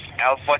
Alpha